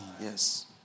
Yes